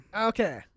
Okay